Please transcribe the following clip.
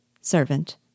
Servant